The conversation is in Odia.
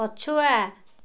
ପଛୁଆ